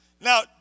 Now